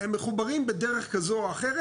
הם מחוברים בדרך כזו או אחרת.